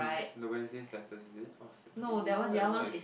the Wednesday's letter is it oh then one is